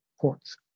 ports